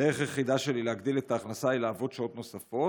הדרך היחידה שלי להגדיל את ההכנסה היא לעבוד שעות נוספות.